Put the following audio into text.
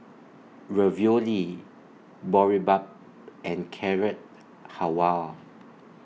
Ravioli Boribap and Carrot Halwa